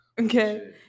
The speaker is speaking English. Okay